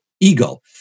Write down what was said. ego